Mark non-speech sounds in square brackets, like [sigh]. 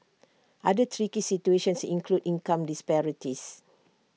[noise] other tricky situations include income disparities